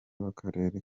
w’akarere